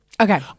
Okay